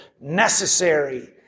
necessary